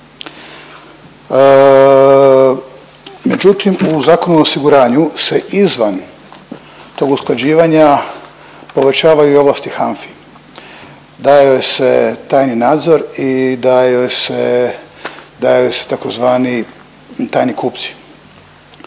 međutim u Zakonu o osiguranju se izvan tog usklađivanja povećavaju i ovlasti HANFE. Daje joj se tajni nadzor i daje joj se, daje joj